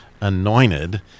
anointed